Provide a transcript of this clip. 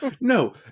no